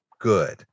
good